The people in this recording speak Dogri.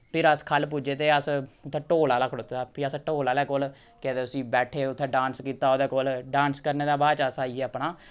फिर अस ख'ल्ल पुज्जे ते अस उत्थै ढोल आह्ला खड़ोते दा हा फ्ही असें ढोल आह्ले कोल केह् आखदे उसी बैठे उत्थै डांस कीता ओह्दे कोल डांस करने दे बाद च अस आइयै अपना